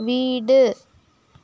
வீடு